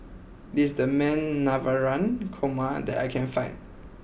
this is the best Navratan Korma that I can find